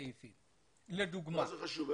מה זה חשוב?